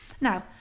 now